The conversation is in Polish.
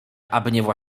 aby